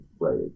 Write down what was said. Right